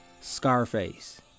Scarface